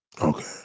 Okay